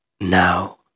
Now